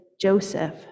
Joseph